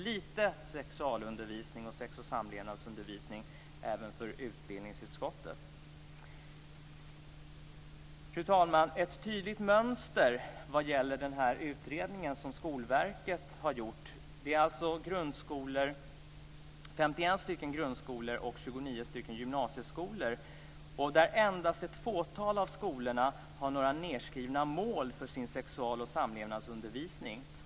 Detta var lite sex och samlevnadsundervisning även för utbildningsutskottet. Fru talman! Skolverket har gjort en utredning av 51 grundskolor och 29 gymnasieskolor. Endast ett fåtal av skolorna har några nedskrivna mål för sin sexual och samlevnadsundervisning.